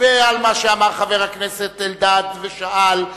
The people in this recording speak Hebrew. ועל מה שאמר חבר הכנסת אלדד ושאל,